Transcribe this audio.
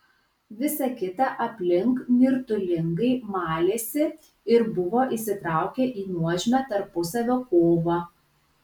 visa kita aplink nirtulingai malėsi ir buvo įsitraukę į nuožmią tarpusavio kovą